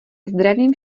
zdravím